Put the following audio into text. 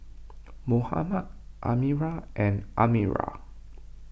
Muhammad Amirah and Amirah